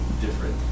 different